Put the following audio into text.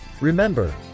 Remember